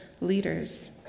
leaders